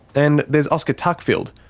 and there's oscar tuckfield,